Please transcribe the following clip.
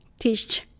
teach